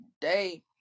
day